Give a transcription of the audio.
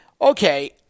Okay